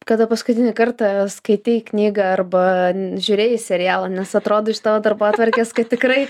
kada paskutinį kartą skaitei knygą arba žiūrėjai serialą nes atrodo iš tavo darbotvarkės kad tikrai